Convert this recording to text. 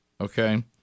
Okay